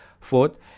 fourth